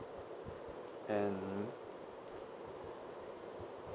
and